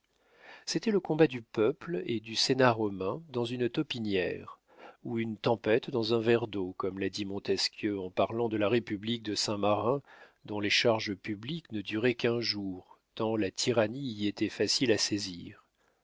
c'était le combat du peuple et du sénat romain dans une taupinière ou une tempête dans un verre d'eau comme l'a dit montesquieu en parlant de la république de saint marin dont les charges publiques ne duraient qu'un jour tant la tyrannie y était facile à saisir